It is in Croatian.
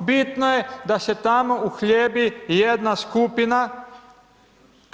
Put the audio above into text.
Bitno je da se tamo uhljebi jedna skupina